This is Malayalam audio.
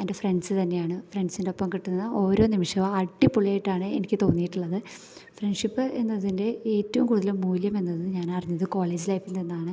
എൻ്റെ ഫ്രണ്ട്സ് തന്നെയാണ് ഫ്രണ്ട്സിൻ്റെ ഒപ്പം കിട്ടുന്ന ഓരോ നിമിഷവും അടിപൊളിയായിട്ടാണ് എനിക്ക് തോന്നിയിട്ടുള്ളത് ഫ്രണ്ട്ഷിപ് എന്നതിൻ്റെ ഏറ്റവും കൂടുതൽ മൂല്യമെന്നത് ഞാനറിഞ്ഞത് കോളജ് ലൈഫിൽ നിന്നാണ്